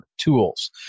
tools